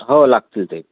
हो लागतील ते